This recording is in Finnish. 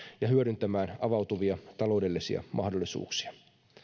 ja hyödyntämään avautuvia taloudellisia mahdollisuuksia